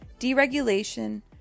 deregulation